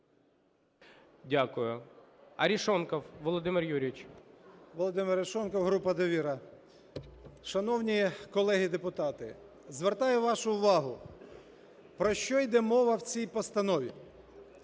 Дякую. Арешонков Володимир Юрійович. 11:31:18 АРЕШОНКОВ В.Ю. Володимир Арешонков, група "Довіра". Шановні колеги депутати, звертаю вашу увагу, про що йде мова у цій постанові.